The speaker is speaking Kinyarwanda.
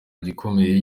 gikomeye